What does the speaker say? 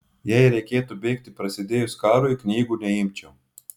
jei reikėtų bėgti prasidėjus karui knygų neimčiau